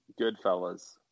Goodfellas